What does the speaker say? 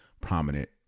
prominent